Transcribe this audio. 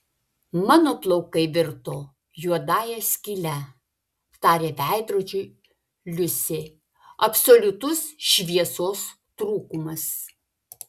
mano plaukai virto juodąja skyle tarė veidrodžiui liusė absoliutus šviesos trūkumas